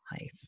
life